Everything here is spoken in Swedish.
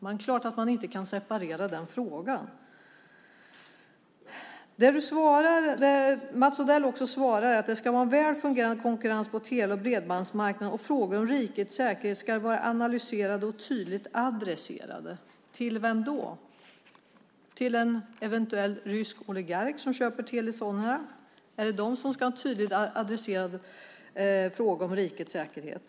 Det är klart att man inte kan separera den frågan. Mats Odell svarar också att det ska vara en väl fungerande konkurrens på tele och bredbandsmarknaden, och frågor om rikets säkerhet ska vara analyserade och tydligt adresserade. Till vem då? Till en eventuell rysk oligark som köper Telia Sonera? Är det de som ska ha tydligt adresserade frågor om rikets säkerhet?